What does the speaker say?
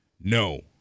no